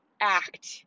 act